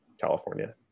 california